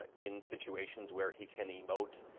ah in situations where he can emote.